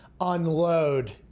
unload